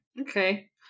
Okay